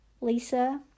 Lisa